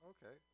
Okay